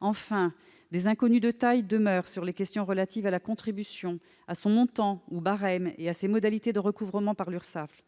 Enfin, des inconnues de taille demeurent sur les questions relatives à la contribution, à son montant ou barème et à ses modalités de recouvrement par l'URSSAF.